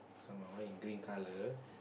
so my one in green colour